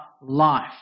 life